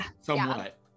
somewhat